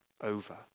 over